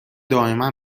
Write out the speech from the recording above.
دائما